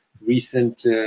recent